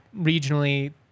regionally